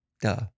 duh